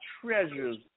treasures